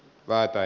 kaatoi